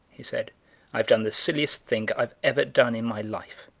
he said i've done the silliest thing i've ever done in my life.